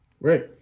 Right